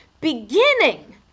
Beginning